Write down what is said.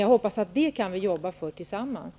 Jag hoppas att vi kan jobba för detta tillsammans.